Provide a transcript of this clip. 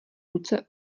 ruce